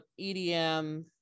EDM